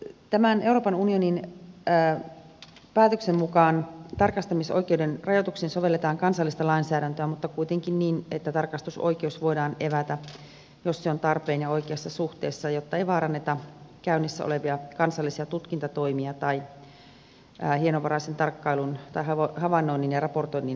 tämän euroopan unionin päätöksen mukaan tarkastamisoikeuden rajoituksiin sovelletaan kansallista lainsäädäntöä mutta kuitenkin niin että tarkastusoikeus voidaan evätä jos se on tarpeen ja oikeassa suhteessa jotta ei vaaranneta käynnissä olevia kansallisia tutkintatoimia tai hienovaraisen tarkkailun tai havainnoinnin ja raportoinnin ajaksi